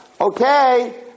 okay